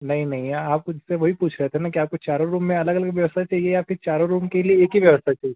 नहीं नहीं है आपको जिससे वही पूछ रहे थे ना कि आपको चारो रूम में अलग अलग व्यवस्था चाहिए या फिर चारो रूम के लिए एक ही व्यवस्था चाहिए